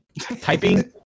typing